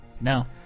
No